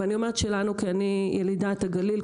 ואני אומרת שלנו כי אני ילידת הגליל,